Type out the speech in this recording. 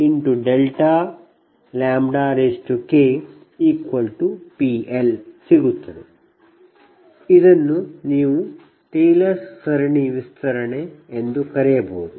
ಇದು ನೀವು ಟೇಲರ್ಸ್ ಸರಣಿ ವಿಸ್ತರಣೆ ಎಂದು ಕರೆಯಬಹುದು